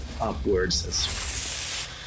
upwards